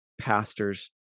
pastors